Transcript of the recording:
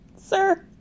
Sir